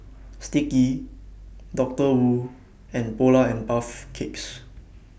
Sticky Doctor Wu and Polar and Puff Cakes